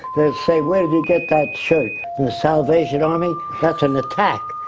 they'd say where did you get that shirt? from the salvation army? that's an attack.